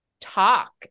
talk